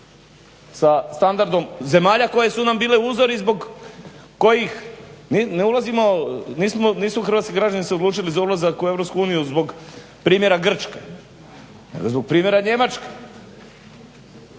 sa standardom zemalja koje su nam bile uzor i zbog kojih ne ulazimo nisu hrvatski građani se odlučili za ulazak u EU zbog primjera Grčke, nego zbog primjera Njemačke.